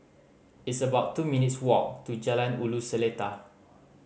it's about two minutes' walk to Jalan Ulu Seletar